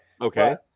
Okay